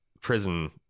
prison